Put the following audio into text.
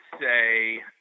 say